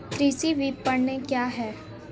कृषि विपणन क्या है?